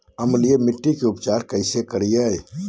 अम्लीय मिट्टी के उपचार कैसे करियाय?